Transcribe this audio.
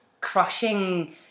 crushing